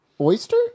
oyster